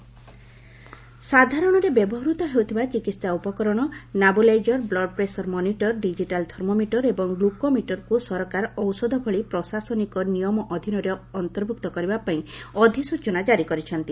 medical device ସାଧାରଣରେ ବ୍ୟବହୃତ ହେଉଥିବା ଚିକିତ୍ସା ଉପକରଣ nebuliser blood pressure digital monitor thermometer ଏବଂ ଗ୍ଲକୋମିଟରକୁ ସରକାର ଔଷଧ ଓ ପ୍ରଶାସନ ନିୟମ ଅଧୀନରେ ଅନ୍ତର୍ଭୁକ୍ତ କରିବା ପାଇଁ ଅଧିସୂଚନାଜାରି କରିଛନ୍ତି